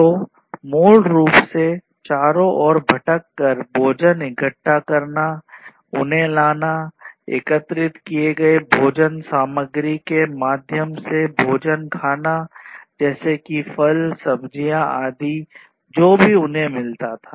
तो मूल रूप से चारों ओर भटक कर भोजन इकट्ठा करना उन्हें लाना एकत्रित किए गए भोजन सामग्री के माध्यम से भोजन खाना जैसे कि फल सब्जियाँ आदि जो भी उन्हें मिलता था